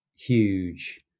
Huge